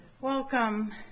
Welcome